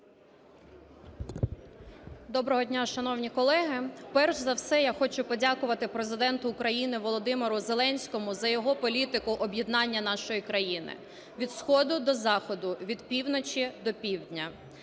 Доброго дня, шановні колеги! Перш за все я хочу подякувати Президенту України Володимиру Зеленському за його політику об'єднання нашої країни від сходу до заходу, від півночі до півдня.